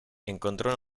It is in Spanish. encontró